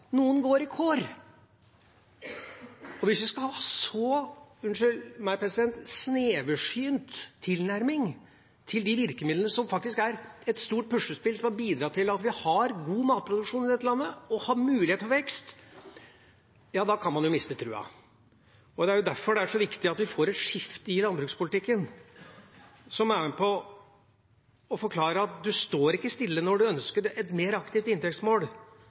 noen går i kår, er faktisk en mulighet for de unge til å ta posisjon på gården. Og hvis vi skal ha en så – unnskyld meg, president – sneversynt tilnærming til de virkemidlene som faktisk er et stort puslespill, som har bidratt til at vi har god matproduksjon i dette landet og har mulighet for vekst, kan man miste trua. Det er derfor det er så viktig at vi får et skifte i landbrukspolitikken som er med på å forklare at du står ikke stille når du ønsker et mer aktivt inntektsmål,